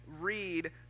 read